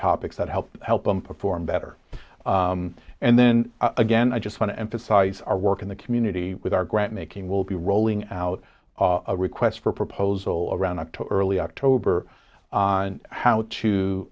topics that help help them perform better and then again i just want to emphasize our work in the community with our grant making will be rolling out a request for proposal around october early october on how to